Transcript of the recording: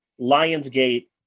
Lionsgate